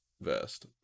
vest